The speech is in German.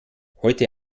heute